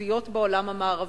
הריכוזיות בעולם המערבי.